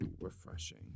refreshing